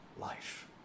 life